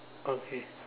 okay